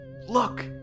Look